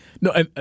No